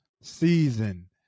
season